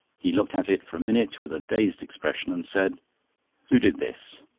he looked at it for a minute with a dazed expression and said who did this?